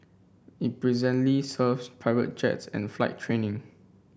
it presently serves private jets and flight training